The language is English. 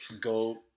Go